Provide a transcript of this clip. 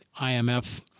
IMF